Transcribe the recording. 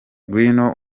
ngwino